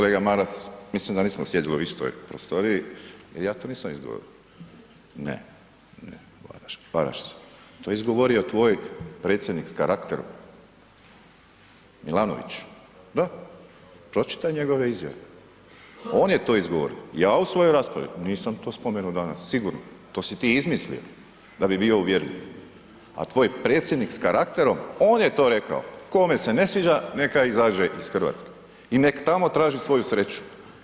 Kolega Maras, mislim da nismo sjedili u istoj prostoriji, ja to nisam izgovorio, ne, ne, varaš se, to je izgovorio tvoj predsjednik s karakterom Milanović, da, pročitaj njegove izjave, on je to izgovorio, ja u svoj raspravni nisam spomenuo danas sigurno, to si ti izmislio da bi bio uvjerljiv, a tvoj predsjednik s karakterom on je to rekao, kome se ne sviđa neka izađe iz Hrvatske i nek tamo traži svoju sreću.